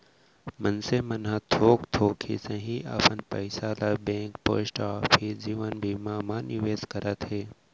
मनसे मन ह थोक थोक ही सही अपन पइसा ल बेंक, पोस्ट ऑफिस, जीवन बीमा मन म निवेस करत हे